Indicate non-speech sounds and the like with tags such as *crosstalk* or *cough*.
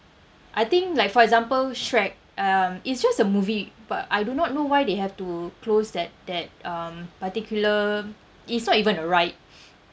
I think like for example shrek um it's just a movie but I do not know why they have to close that that um particular it's not even a ride *breath*